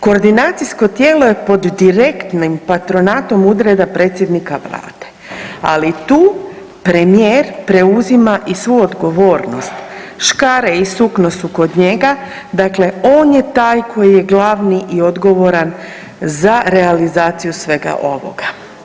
Koordinacijsko tijelo je pod direktnim patronatom ureda predsjednika vlade, ali tu premijer preuzima i svu odgovornost, škare i sukno su kod njega, dakle on je taj koji je glavni i odgovoran za realizaciju svega ovoga.